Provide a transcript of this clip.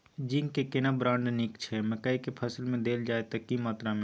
Zinc के केना brand नीक छैय मकई के फसल में देल जाए त की मात्रा में?